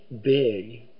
big